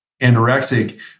anorexic